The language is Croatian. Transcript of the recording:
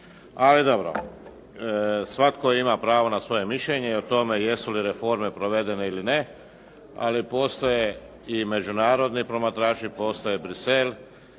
Ali dobro. Svatko ima pravo na svoje mišljenje i o tome jesu li reforme provedene ili ne, ali postoje i međunarodni promatrači, postoji Bruxelles,